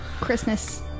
Christmas